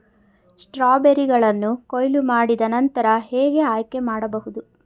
ಸ್ಟ್ರಾಬೆರಿಗಳನ್ನು ಕೊಯ್ಲು ಮಾಡಿದ ನಂತರ ಹೇಗೆ ಆಯ್ಕೆ ಮಾಡಬಹುದು?